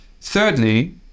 Thirdly